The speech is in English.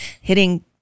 hitting